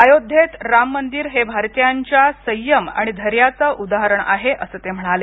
अयोध्येत राम मंदिर हे भारतीयांच्या संयम आणि धैर्याचं उदाहरण आहे असं ते म्हणाले